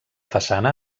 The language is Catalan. façana